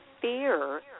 fear